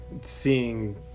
seeing